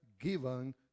given